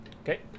Okay